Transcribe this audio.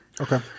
Okay